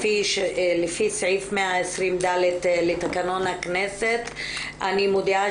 לפי סעיף 120/(ד) לתקנון הכנסת אני מודיעה